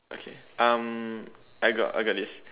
okay um I got I got this